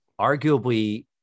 arguably